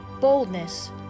boldness